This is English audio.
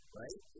right